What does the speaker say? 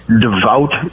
devout